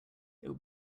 would